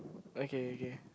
okay okay